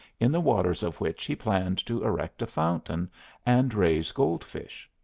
in the waters of which he planned to erect a fountain and raise goldfish.